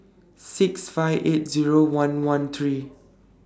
six five eight Zero one one three